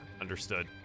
understood